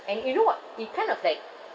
and you know what it kind of like